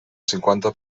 cinquanta